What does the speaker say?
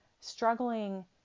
struggling